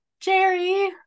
Jerry